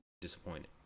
disappointed